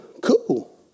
cool